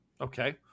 Okay